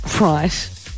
Right